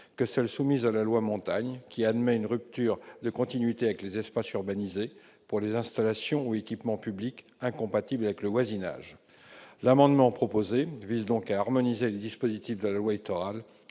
que celles soumises à la loi Montagne, qui admet une rupture de continuité avec les espaces urbanisés pour les installations ou équipements publics incompatibles avec le voisinage. L'amendement proposé vise donc à harmoniser les dispositifs de la loi Littoral